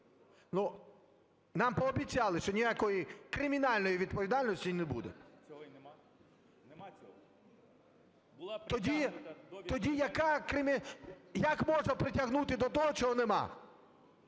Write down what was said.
нам пообіцяли, що ніякої кримінальної відповідальності не буде. (Шум у залі) Тоді яка… як можна притягнути до того, чого нема?